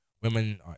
women